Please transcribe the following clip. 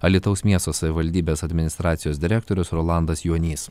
alytaus miesto savivaldybės administracijos direktorius rolandas juonys